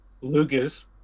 lucas